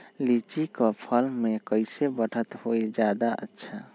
लिचि क फल म कईसे बढ़त होई जादे अच्छा?